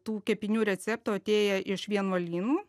tų kepinių receptų atėję iš vienuolynų